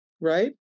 right